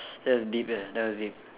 that was deep eh that was deep